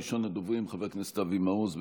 ראשון הדוברים, חבר הכנסת אבי מעוז.